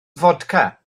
fodca